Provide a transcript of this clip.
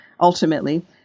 ultimately